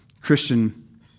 Christian